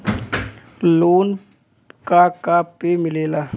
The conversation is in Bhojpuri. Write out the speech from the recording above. लोन का का पे मिलेला?